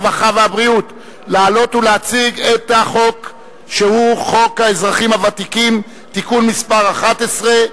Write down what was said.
הרווחה והבריאות לעלות ולהציג את חוק האזרחים הוותיקים (תיקון מס' 11)